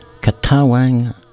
Katawang